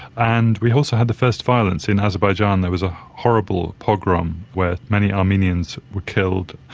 and we also had the first violence in azerbaijan, there was a horrible pogrom where many armenians were killed,